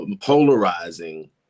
polarizing